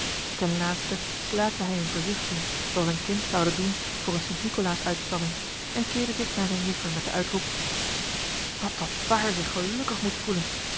ten laatste slaakte hij eene verzuchting zooals een kind zoude doen voor eene st nicolaas uitstalling en keerde zich naar zijne juffer met den uitroep wat dat paar zich gelukkig moet voelen